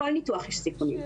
בכל ניתוח יש סיכונים.